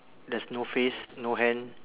there's no face no hand